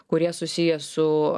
kurie susiję su